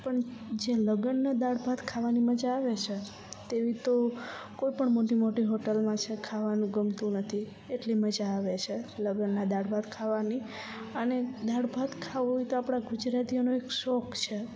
પણ જે લગનના દાળ ભાત બનવાની મજા આવે છે તેવી તો કોઈ પણ મોટી મોટી હોટલમાં છે ખાવાનું ગમતું નથી એટલી મજા આવે છે લગનના દાળ ભાત ખાવાની અને દાળ ભાત ખાવું એતો આપણા ગુજરાતીઓનો એક શોખ છે